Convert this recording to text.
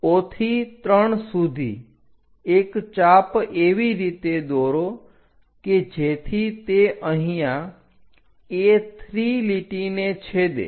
O થી 3 સુધી એક ચાપ એવી રીતે દોરો કે જેથી તે અહીંયા A3 લીટીને છેદે